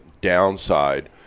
downside